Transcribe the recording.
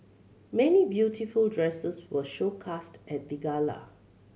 many beautiful dresses were showcased at the gala